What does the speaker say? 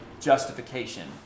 justification